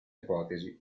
ipotesi